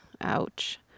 ouch